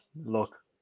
look